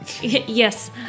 yes